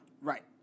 Right